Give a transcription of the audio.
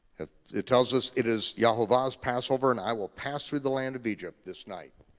it tells us it is yehovah's passover and i will pass through the land of egypt this night.